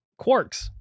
Quarks